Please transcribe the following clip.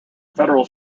federal